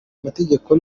amategeko